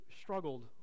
struggled